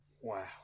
wow